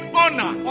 honor